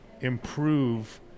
improve